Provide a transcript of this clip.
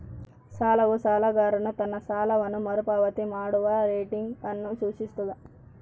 ಸಾಲವು ಸಾಲಗಾರನು ತನ್ನ ಸಾಲವನ್ನು ಮರುಪಾವತಿ ಮಾಡುವ ರೇಟಿಂಗ್ ಅನ್ನು ಸೂಚಿಸ್ತದ